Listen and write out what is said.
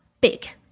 big